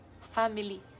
family